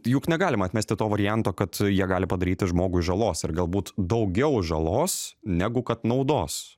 juk negalima atmesti to varianto kad jie gali padaryti žmogui žalos ir galbūt daugiau žalos negu kad naudos